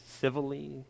civilly